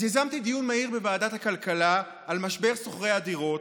אז יזמתי דיון מהיר בוועדת הכלכלה על משבר שוכרי הדירות,